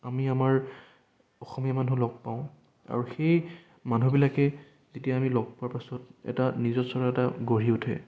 আমি আমাৰ অসমীয়া মানুহ লগ পাওঁ আৰু সেই মানুহবিলাকে যেতিয়া আমি লগ পোৱাৰ পাছত এটা নিজস্বতা এটা গঢ়ি উঠে